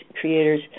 creators